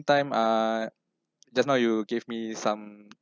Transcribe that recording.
time uh just now you give me some